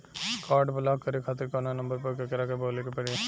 Card block करे खातिर कवना नंबर पर केकरा के बोले के परी?